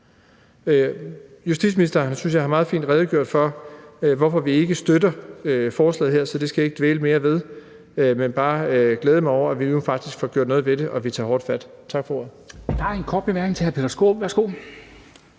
Justitsministeren har, synes jeg, meget fint redegjort for, hvorfor vi ikke støtter forslaget her, så det skal jeg ikke dvæle mere ved, men bare glæde mig over, at vi nu faktisk får gjort noget ved det, og at vi tager hårdt fat. Tak for ordet.